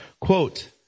Quote